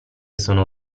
sono